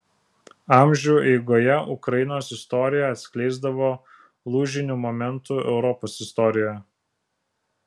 amžių eigoje ukrainos istorija atskleisdavo lūžinių momentų europos istorijoje